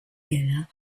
gala